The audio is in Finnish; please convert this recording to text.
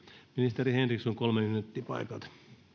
ministeri henriksson kolme minuuttia paikalta